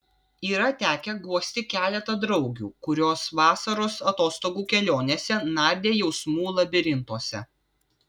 yra tekę guosti keletą draugių kurios vasaros atostogų kelionėse nardė jausmų labirintuose